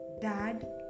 Dad